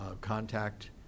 contact